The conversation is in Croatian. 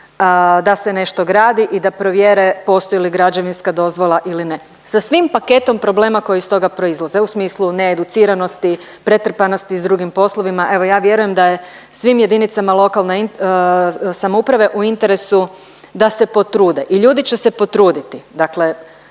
da se nešto gradi i da provjere postoji li građevinska dozvola ili ne, sa svim paketom problema koji iz toga proizlaze u smislu needuciranosti, pretrpanosti s drugim poslovima. Evo ja vjerujem da je svim jedinicama lokalne samouprave u interesu da se potrude i ljudi će se potruditi,